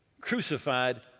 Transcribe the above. crucified